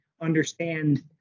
understand